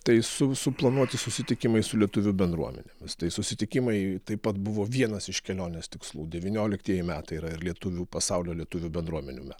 tai su suplanuoti susitikimai su lietuvių bendruomenėmis tai susitikimai taip pat buvo vienas iš kelionės tikslų devynioliktieji metai yra ir lietuvių pasaulio lietuvių bendruomenių me